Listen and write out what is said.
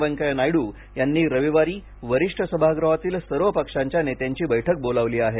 वेंकैया नायडू यांनी रविवारी वरिष्ठ सभागृहातील सर्व पक्षांच्या नेत्यांची बैठक बोलावली आहे